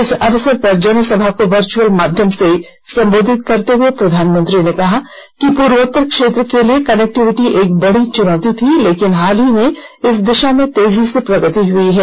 इस अवसर पर जनसभा को वर्च्यअल माध्यम से संबोधित करते हुए प्रधामनंत्री ने कहा कि पूर्वोत्त्र क्षेत्र के लिए कनेक्टिविटी एक बड़ी चुनौती थी लेकिन हाल ही में इस दिशा में तेजी से प्रगति हुई है